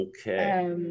Okay